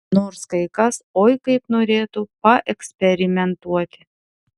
nors kai kas oi kaip norėtų paeksperimentuoti